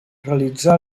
realitzà